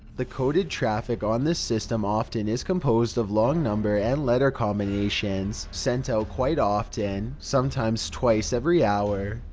the coded traffic on this system often is composed of long number and letter combinations, sent out quite often, sometimes twice every hour.